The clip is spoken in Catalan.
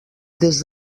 des